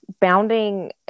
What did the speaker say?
bounding